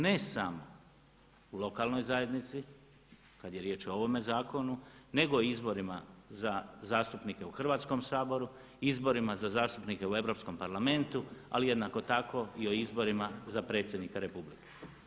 Ne samo u lokalnoj zajednici kada je riječ o ovome zakonu nego izborima za zastupnike u Hrvatskom saboru, izborima za zastupnike u Europskom parlamentu ali jednako tako i o izborima za predsjednika Republike.